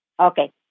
Okay